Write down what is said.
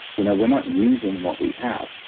you know? we're not using what we have.